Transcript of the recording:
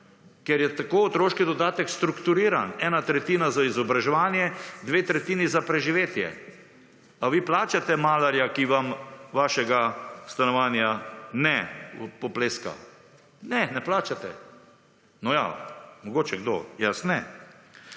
ker je tako otroški dodatek strukturiran. Ena tretjina za izobraževanje, dve tretjini za preživetje. A vi plačate malarja, ki vam, vašega stanovanja ne popleska. Ne, ne plačate. No ja, mogoče kdo. Jaz ne.